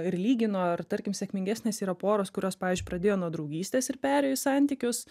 ir lygino ar tarkim sėkmingesnės yra poros kurios pavyzdžiui pradėjo nuo draugystės ir perėjo į santykius